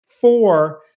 four